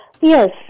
Yes